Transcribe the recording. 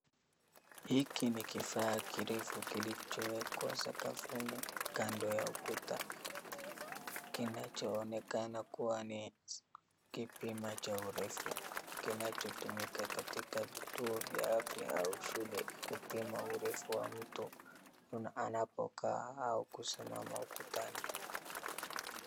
Hiki ni kifaa kirefu kilichowekwa sakafuni kando ya ukuta, kinacho onekana kuwa ni kipima cha urefu. Kinachotumika katika vituo vya afya au shule kupima urefu wa mtu anapokaa au kusimama ukutani.